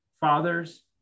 fathers